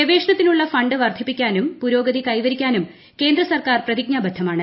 ഗവേഷണത്തിനുള്ള fund വർധിപ്പി ക്കാനും പുരോഗതി കൈവരിക്കാനും കേന്ദ്ര സർക്കാർ പ്രതിജ്ഞാബദ്ധമാണ്